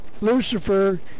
Lucifer